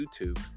youtube